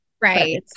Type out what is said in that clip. Right